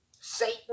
Satan